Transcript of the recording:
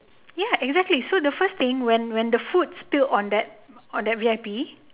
ya exactly so the first thing when when the food still on that on that V_I_P